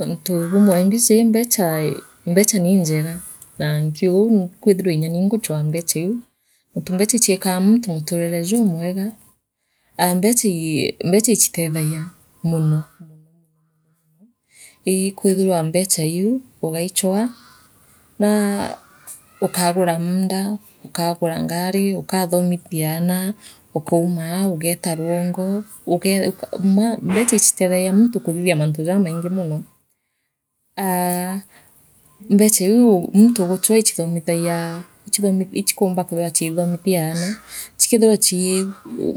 Untu bumwe mbiiji aa mbecha niinjega nankiugou ikwithirwa nyani inguchwaa mbecha iu mbecha ichikaa muntu muturire jumweega aa ii mbecha ii mbecha ichitethagia muno mono mono mono iikwithirwa mbecha iu ugaichwaa naa ukagura muunda ukagura ngari ukathoomithiaana ukaumaa ugeeta rwongo uge ugauma mbecha ichitethagia muntu kuthithia mantu jamaingi mono aa mbecha iu muntu uguchwaa ichikwithiwa chii